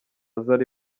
zari